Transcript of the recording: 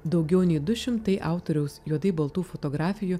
daugiau nei du šimtai autoriaus juodai baltų fotografijų